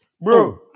bro